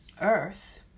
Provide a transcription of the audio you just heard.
earth